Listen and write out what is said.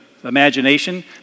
imagination